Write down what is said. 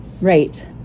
Right